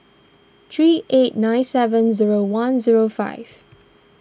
three eight nine seven zero one zero five